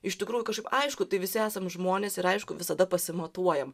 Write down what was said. iš tikrųjų kažkaip aišku tai visi esam žmonės ir aišku visada pasimatuojam